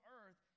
earth